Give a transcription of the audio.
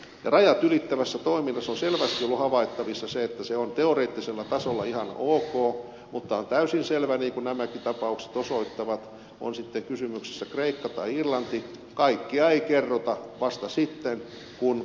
rajat ylittävässä toiminnassa on selvästi ollut havaittavissa se että se on teoreettisella tasolla ihan ok mutta on täysin selvää niin kuin nämäkin tapaukset osoittavat on sitten kysymyksessä kreikka tai irlanti että kaikkea ei kerrota paitsi vasta sitten kun on liian myöhäistä